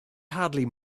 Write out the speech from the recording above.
hardly